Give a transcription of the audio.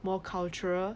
more cultural